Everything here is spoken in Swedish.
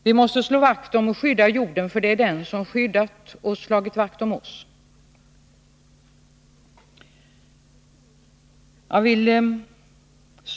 Vi måste slå vakt om och skydda jorden, för det är den som skyddat och slagit vakt om oss.